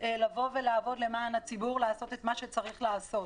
שמגיעה לעבוד למען הציבור ולעשות את מה שצריך לעשות.